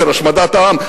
של השמדת עם,